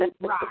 rock